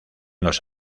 los